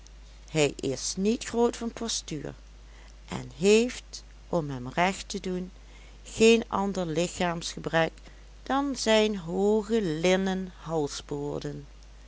hij is niet groot van postuur en heeft om hem recht te doen geen ander lichaamsgebrek dan zijn hooge linnen